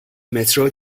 مترو